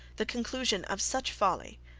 the conclusion of such folly,